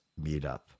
meetup